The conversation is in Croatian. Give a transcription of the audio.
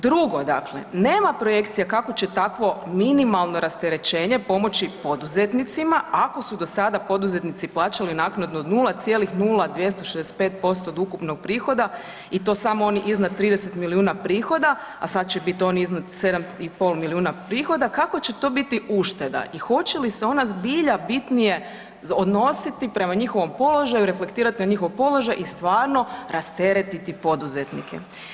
Drugo dakle, nema projekcija kako će takvo minimalno rasterećenje pomoći poduzetnicima, ako su do sada poduzetnici plaćali naknadu od 0,0265% od ukupnog prihoda i to samo oni iznad 30 milijuna prihoda, a sa će biti oni iznad 7,5 milijuna prihoda, kakva će to biti ušteda i hoće li se ona zbilja bitnije odnositi prema njihovom položaju, reflektirati na njihov položaj i stvarno rasteretiti poduzetnike.